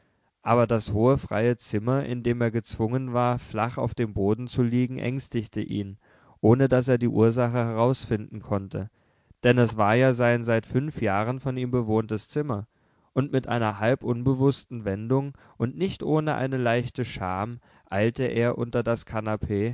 aber das hohe freie zimmer in dem er gezwungen war flach auf dem boden zu liegen ängstigte ihn ohne daß er die ursache herausfinden konnte denn es war ja sein seit fünf jahren von ihm bewohntes zimmer und mit einer halb unbewußten wendung und nicht ohne eine leichte scham eilte er unter das kanapee